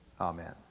Amen